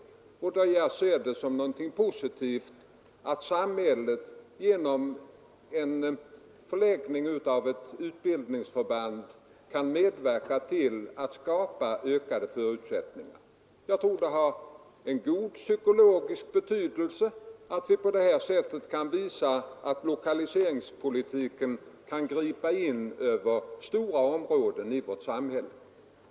Jag ser det som något positivt att samhället genom en förläggning av ett utbildningsförband kan medverka till att skapa ökade förutsättningar för en ort. Jag tror det har en god psykologisk betydelse att vi på det här sättet kan visa att lokaliseringspolitiken kan gripa in på stora områden inom samhället.